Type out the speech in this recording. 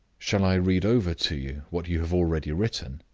shall i read over to you what you have already written?